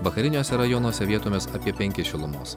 vakariniuose rajonuose vietomis apie penkis šilumos